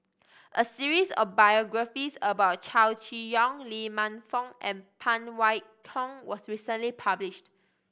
a series of biographies about Chow Chee Yong Lee Man Fong and Phan Wait Hong was recently published